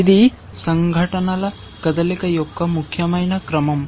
ఇది సంఘటనల కదలికల యొక్క ముఖ్యమైన క్రమం